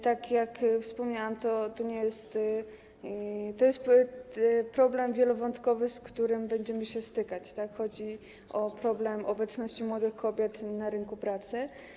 Tak jak wspomniałam, to jest problem wielowątkowy, z którym będziemy się stykać, bo chodzi o problem obecności młodych kobiet na rynku pracy.